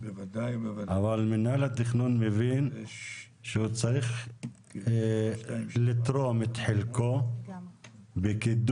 אבל מינהל התכנון מבין שהוא צריך לתרום את חלקו בקידום